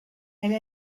elle